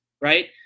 right